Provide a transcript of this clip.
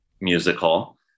musical